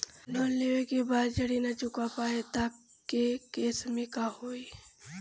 Loan लेवे के बाद जड़ी ना चुका पाएं तब के केसमे का होई?